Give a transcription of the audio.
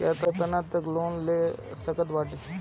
कितना तक लोन ले सकत बानी?